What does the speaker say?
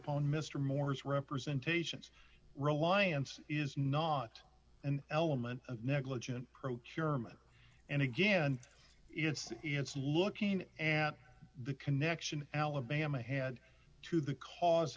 upon mr moore's representation reliance is not an element of negligent procurement and again it's it's looking at the connection alabama had to the cause